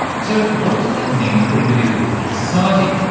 so, what does that mean for individuals and society?